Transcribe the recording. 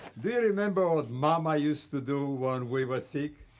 do you remember what mama used to do when we were sick?